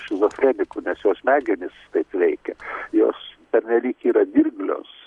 šizofreniku nes jo smegenys taip veikia jos pernelyg yra dirglios